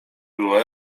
było